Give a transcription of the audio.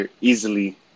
easily